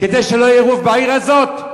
כדי שלא יהיה עירוב בעיר הזאת?